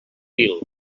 vil